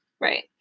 Right